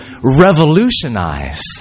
revolutionize